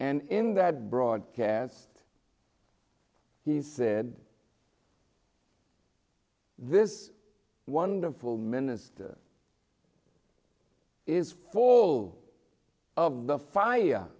and in that broadcast he said this wonderful minister is fall of the fire